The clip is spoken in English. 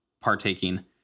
partaking